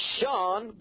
Sean